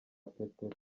petero